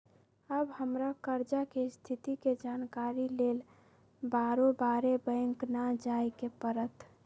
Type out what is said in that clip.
अब हमरा कर्जा के स्थिति के जानकारी लेल बारोबारे बैंक न जाय के परत्